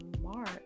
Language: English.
mark